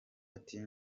ati